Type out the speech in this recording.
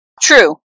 True